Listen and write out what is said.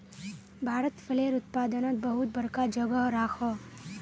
भारत फलेर उत्पादनोत बहुत बड़का जोगोह राखोह